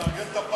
אני מארגן את,